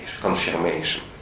confirmation